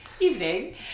Evening